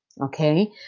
Okay